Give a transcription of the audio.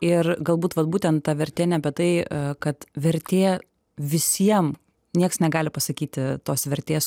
ir galbūt vat būtent ta vertė ne apie tai kad vertė visiem nieks negali pasakyti tos vertės